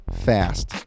fast